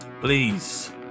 Please